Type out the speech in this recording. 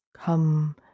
come